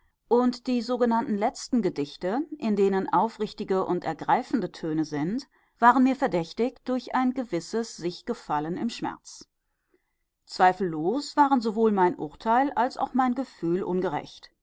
und die sogenannten letzten gedichte in denen aufrichtige und ergreifende töne sind waren mir verdächtig durch ein gewisses sichgefallen im schmerz zweifellos waren sowohl mein urteil als auch mein gefühl ungerecht